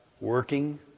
working